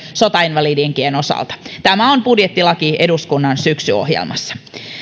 sotainvalidien osalta tämä on budjettilaki eduskunnan syksyohjelmassa